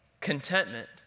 contentment